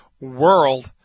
world